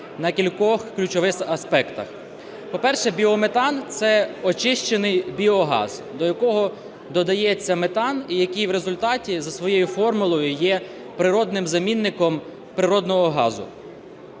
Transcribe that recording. на кількох ключових аспектах. По-перше, біометан – це очищений біогаз, до якого додається метан і який в результаті за своєю формулою є природним замінником природного газу.